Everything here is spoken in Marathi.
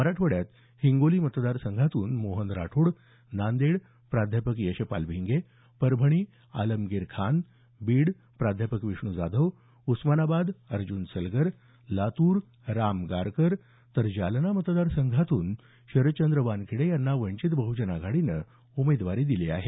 मराठवाड्यात हिंगोली मतदार संघातून मोहन राठोड नांदेड प्राध्यापक यशपाल भिंगे परभणी आलमगीर खान बीड प्रा विष्णू जाधव उस्मानाबाद अर्जुन सलगर लातूर राम गारकर तर जालना मतदार संघातून शरदचंद्र वानखेडे यांना वंचित बहुजन आघाडीने उमेदवारी दिली आहे